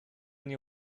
nie